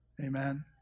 Amen